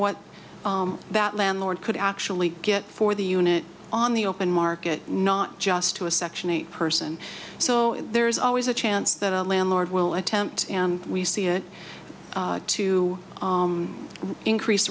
what that landlord could actually get for the unit on the open market not just to a section eight person so there is always a chance that a landlord will attempt and we see it to increase